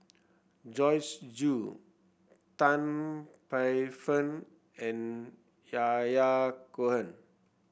Joyce Jue Tan Paey Fern and Yahya Cohen